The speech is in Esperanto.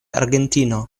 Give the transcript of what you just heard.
argentino